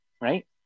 right